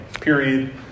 Period